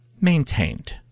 maintained